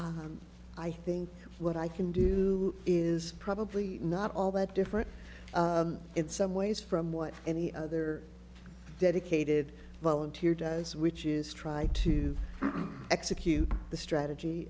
i think what i can do is probably not all that different in some ways from what any other dedicated volunteer does which is try to execute the strategy